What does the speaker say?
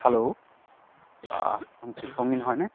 hello এইখন chief minister হয়নে